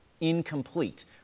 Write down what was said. incomplete